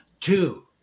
Two